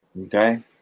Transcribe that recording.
Okay